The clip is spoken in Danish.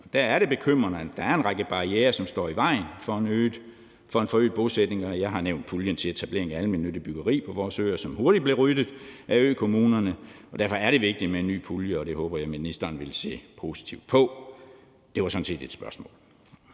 Der er det bekymrende, at der er en række barrierer, som står i vejen for en forøget bosætning, og jeg har nævnt puljen til etablering af almennyttigt byggeri på vores øer, som hurtigt blev ryddet af økommunerne, og derfor er det vigtigt med en ny pulje, og det håber jeg ministeren vil se positivt på. Det var sådan set ment som et spørgsmål.